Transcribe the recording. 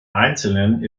einzelnen